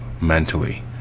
mentally